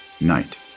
night